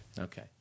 okay